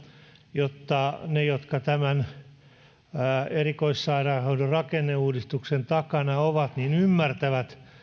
jotta ne jotka erikoissairaanhoidon rakenneuudistuksen takana ovat ymmärtävät